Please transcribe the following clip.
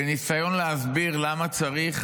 בניסיון להסביר למה צריך